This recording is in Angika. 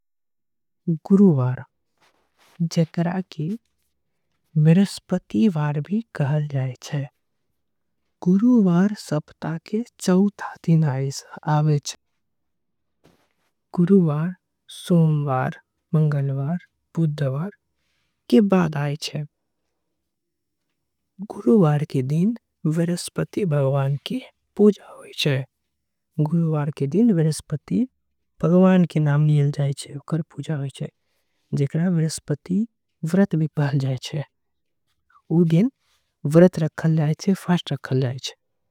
एकरा के बृहस्पति वार भी कहे जाय छीये। गुरुवार सप्ताह के चौथा दिन आय छीये। गुरुवार, सोमवार, मंगलवार, बुधवार। के बाद आवे वाला दिन छीये गुरुवार। के दिन बृहस्पतिवार कहे जाय छीये।